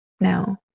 No